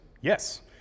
Yes